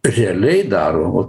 realiai daro